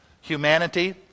humanity